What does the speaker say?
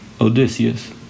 Odysseus